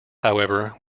however